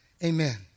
Amen